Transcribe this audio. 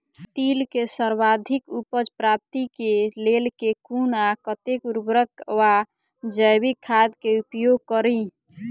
तिल केँ सर्वाधिक उपज प्राप्ति केँ लेल केँ कुन आ कतेक उर्वरक वा जैविक खाद केँ उपयोग करि?